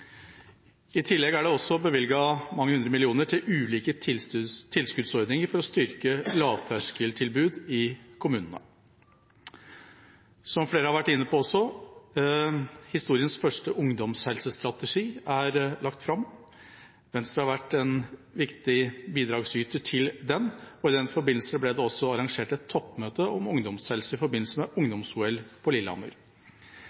I tillegg er det bevilget mange hundre millioner til ulike tilskuddsordninger for å styrke lavterskeltilbud i kommunene. Som flere har vært inne på, er historiens første ungdomshelsestrategi lagt fram. Venstre har vært en viktig bidragsyter til den, og i den forbindelse ble det også arrangert et toppmøte om ungdomshelse i forbindelse med